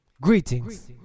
Greetings